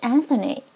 Anthony